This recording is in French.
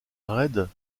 raide